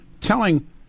Telling